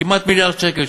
כמעט מיליארד שקל.